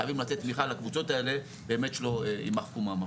חייבים לתת תמיכה לקבוצות האלה באמת כדי לא יימחקו מהמפה.